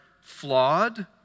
flawed